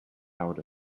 out